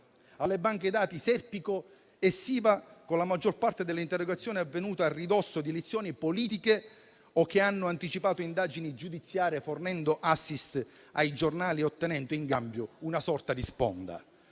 alle banche dati Serpico e Siva e la maggior parte delle interrogazioni è avvenuta a ridosso di elezioni politiche o ha anticipato indagini giudiziarie, fornendo *assist* ai giornali e ottenendo in cambio una sorta di sponda.